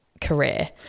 career